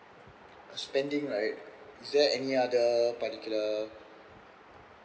spending right is there any other particular